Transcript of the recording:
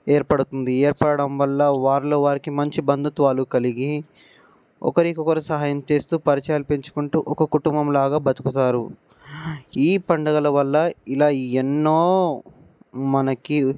ఏర్పడుతుంది ఏర్పడడం వల్ల వారిలో వారికి మంచి బంధుత్వాలు కలిగి ఒకరికొకరు సహాయం చేస్తూ పరిచయాలు పెంచుకుంటూ ఒక కుటుంబం లాగా బతుకుతారు ఈ పండుగల వల్ల ఇలా ఎన్నో మనకి